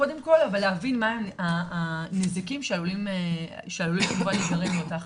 אבל קודם כל להבין מה הנזקים שעלולים להיגרם לאותה החלטה.